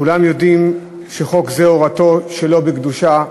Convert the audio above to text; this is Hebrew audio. כולם יודעים שחוק זה הורתו שלא בקדושה.